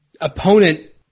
opponent